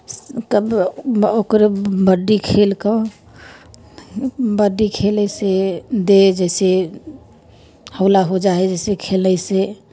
तब ओकर बड्डी खेल कऽ बड्डी खेलयसँ देह जइसे हौला हो जाइ हइ जइसे खेलयसँ